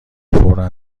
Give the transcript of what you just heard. فورا